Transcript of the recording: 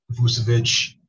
Vucevic